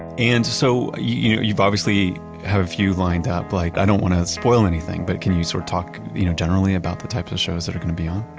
and so you you obviously have a few lined up. like i don't want to spoil anything, but can you sort of talk you know generally about the types of shows that are going to be on?